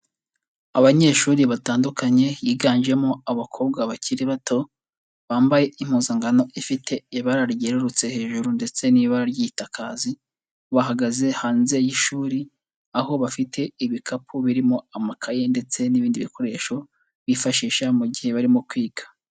Abanyeshuri batandukanye higanjemo abakobwa bakiri bato, bambaye impuzankano ifite ibara ryerurutse hejuru ndetse n'ibara ry'itaka hasi, bahagaze hanze y'ishuri aho bafite ibikapu birimo amakayi ndetse n'ibindi bikoresho bifashisha mu gihe barimo kwiga.